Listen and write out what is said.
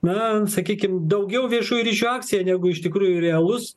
na sakykim daugiau viešųjų ryšių akcija negu iš tikrųjų realus